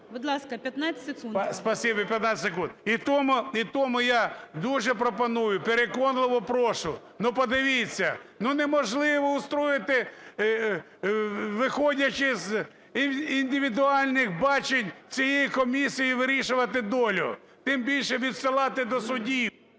15 секунд. І тому я дуже пропоную, переконливо прошу, ну, подивіться, ну, неможливо устроїти, виходячи з індивідуальних бачень цієї комісії вирішувати долю, тим більше відсилати до судів…